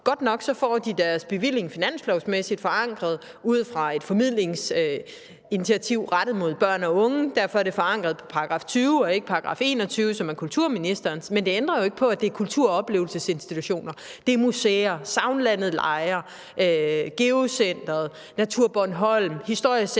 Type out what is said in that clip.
Godt nok får de her centre deres bevilling finanslovsmæssigt forankret ud fra et formidlingsinitiativ rettet mod børn og unge, og derfor er det forankret i § 20 og ikke § 21, som er kulturministerens. Men det ændrer jo ikke på, at det er kultur- og oplevelsesinstitutioner, det er museer – Sagnlandet Lejre, GeoCenter Møns Klint, NaturBornholm, Historiecenter